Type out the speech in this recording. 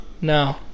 No